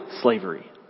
slavery